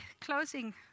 closing